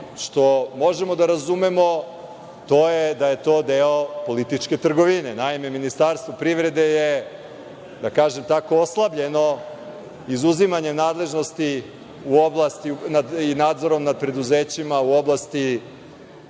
što možemo da razumemo, to je da je to deo političke trgovine. Naime, Ministarstvo privrede je, da tako kažem, oslabljeno izuzimanjem nadležnosti i nadzorom nad preduzećima u oblasti